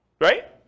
Right